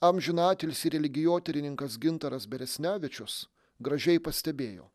amžiną atilsį religijotyrininkas gintaras beresnevičius gražiai pastebėjo